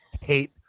hate